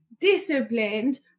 disciplined